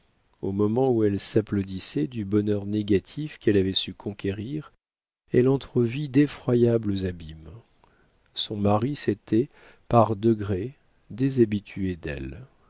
au moment où elle s'applaudissait du bonheur négatif qu'elle avait su conquérir elle entrevit d'effroyables abîmes son mari s'était par degrés déshabitué d'elle